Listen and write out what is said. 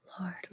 Lord